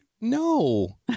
no